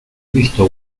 visto